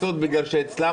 בשעה